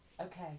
Okay